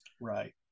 Right